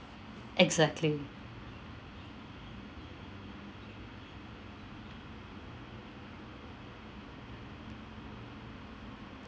exactly